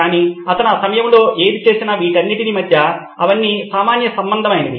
కానీ అతను ఆసమయంలో ఏది చూసిన వీటన్నిటి మధ్య అవన్నీసామాన్యసంబంధమైనవి